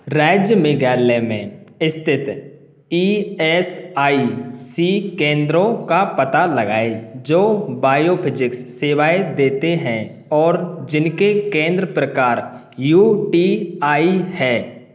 राज्य मेघालय में स्थित ई एस आई सी केंद्रों का पता लगाएं जो बायोफिजिक्स सेवाएँ देते हैं और जिनके केंद्र प्रकार यू टी आई हैं